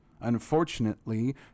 Unfortunately